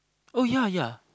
oh ya ya